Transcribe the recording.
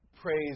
praise